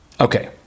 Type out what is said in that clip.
Okay